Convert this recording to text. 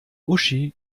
uschi